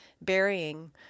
burying